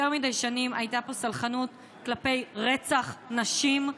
יותר מדי שנים הייתה פה סלחנות כלפי רצח נשים,